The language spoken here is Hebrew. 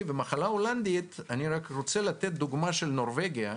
לגבי המחלה ההולנדית אני רוצה לתת את הדוגמה של נורבגיה.